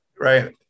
Right